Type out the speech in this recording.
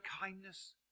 kindness